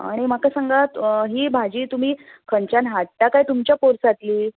आनी म्हाका सांगात ही भाजी तुमी खंयच्यान हाडटा काय तुमच्या पोरसांतली